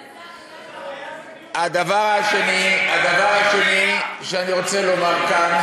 אלעזר, הדבר השני שאני רוצה לומר כאן,